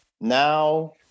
Now